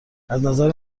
ازنظر